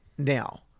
now